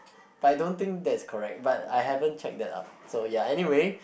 but I don't think that is correct but I haven't check them out so ya anywhere